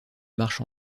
marche